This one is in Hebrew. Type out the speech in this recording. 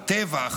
הטבח,